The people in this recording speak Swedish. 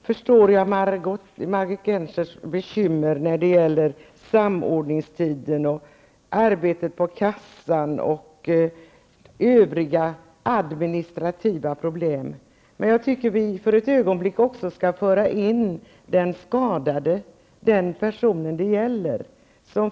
Herr talman! Jag förstår Margit Gennsers bekymmer när det gäller samordningstiden, arbetet på kassorna och övriga administrativa problem. Men vi borde också för ett ögonblick föra in den skadade personen, den som det gäller, i diskussionen.